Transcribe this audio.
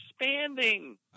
expanding